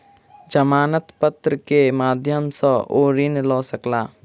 जमानत पत्र के माध्यम सॅ ओ ऋण लय सकला